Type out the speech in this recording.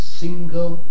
single